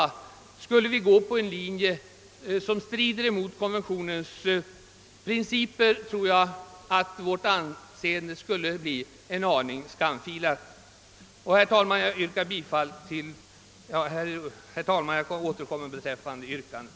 Om vi nu skulle gå på en linje som strider mot konventionens princip, så tror jag att vårt anseende blir en aning skamfilat. Herr talman! Beträffande yrkandena ber jag att få återkomma.